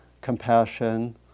compassion